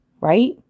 right